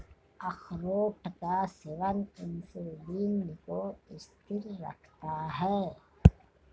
अखरोट का सेवन इंसुलिन को स्थिर रखता है